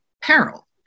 peril